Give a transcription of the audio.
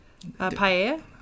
Paella